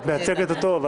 את מייצגת אותו,